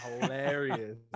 hilarious